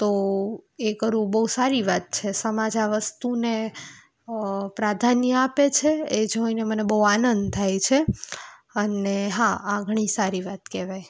તો એ કરવું બહુ સારી વાત છે સમાજ આ વસ્તુને પ્રાધાન્ય આપે છે એ જોઈને મને બહુ આનંદ થાય છે અને હા આ ઘણી સારી વાત કહેવાય